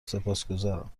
سپاسگذارم